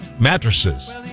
mattresses